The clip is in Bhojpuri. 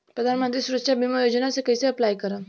प्रधानमंत्री सुरक्षा बीमा योजना मे कैसे अप्लाई करेम?